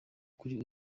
kuri